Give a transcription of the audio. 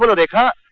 rekha.